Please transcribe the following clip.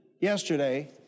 yesterday